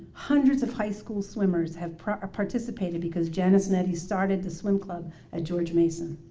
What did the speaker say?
hundreds of high school swimmers have participated because janice nettie started the swim club at george mason.